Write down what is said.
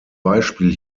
beispiel